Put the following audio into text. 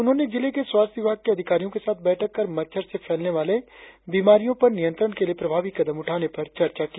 उन्होंने जिले के स्वास्थ्य विभाग के अधिकारियो के साथ बैठक कर मच्छर से फैलने वाले बीमारियों पर नियंत्रण के लिए प्रभावी कदम उठाने पर चर्चा की